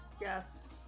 yes